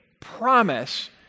promise